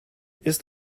ist